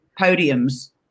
podiums